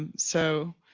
and so,